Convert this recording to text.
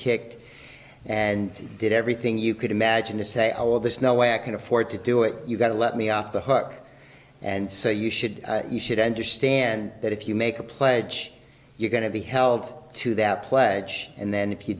kicked and did everything you could imagine to say oh well there's no way i can afford to do it you gotta let me off the hook and say you should you should understand that if you make a pledge you're going to be held to that pledge and then if you